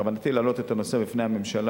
בכוונתי להעלות את הנושא בפני הממשלה